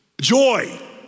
joy